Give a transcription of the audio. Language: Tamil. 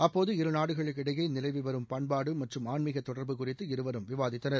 அப்போது இருநாடுகளுக்கிடையே நிலவி வரும் பண்பாடு மற்றும் ஆன்மீக தொடர்பு குறித்து இருவரும் விவாதித்தனர்